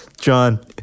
John